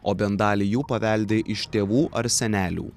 o bent dalį jų paveldi iš tėvų ar senelių